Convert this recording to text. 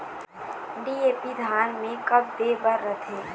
DAP धान मे कब दे बर रथे?